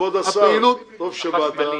כבוד השר, טוב שבאת.